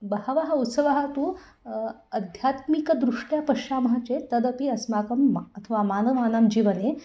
बहवः उत्सवः तु अध्यात्मिकदृष्ट्या पश्यामः चेत् तदपि अस्माकं अथवा मानवानां जीवने